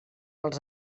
als